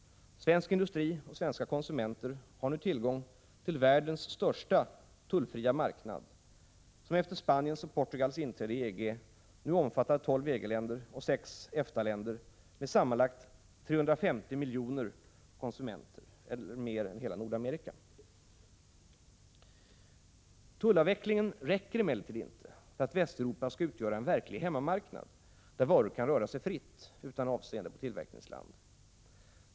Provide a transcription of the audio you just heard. Svensk industri och svenska konsumenter har nu tillgång till världens största tullfria marknad, vilken efter Spaniens och Portugals inträde i EG nu omfattar tolv EG-länder och sex EFTA-länder med sammanlagt 350 miljoner konsumenter, eller mer än hela Nordamerika. Tullavvecklingen räcker emellertid inte för att Västeuropa skall utgöra en verklig hemmamarknad, där varor kan röra sig fritt utan avseende på tillverkningsland.